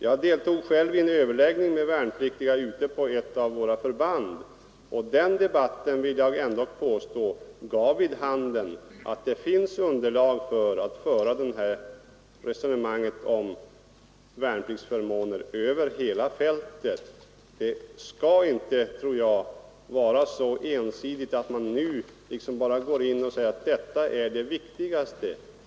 Jag deltog själv i en överläggning med värnpliktiga ute på ett av våra förband. Den debatten gav, vill jag påstå, vid handen att det finns underlag för att föra det här resonemanget om värnpliktsförmåner över hela fältet. Man skall inte vara så ensidig att man säger att bara just detta bidrag är det viktiga.